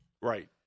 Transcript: right